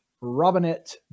Robinette